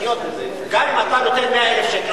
גם אם אתה נותן 100,000 שקל,